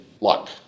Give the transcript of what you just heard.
luck